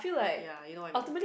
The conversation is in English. ya you know what I mean